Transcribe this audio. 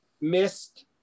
missed